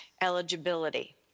eligibility